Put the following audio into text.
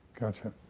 Gotcha